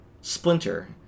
splinter